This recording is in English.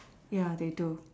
ya they do